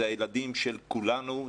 אלה הילדים של כולנו,